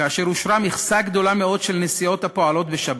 כאשר אושרה מכסה גדולה מאוד של נסיעות בשבת.